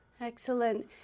Excellent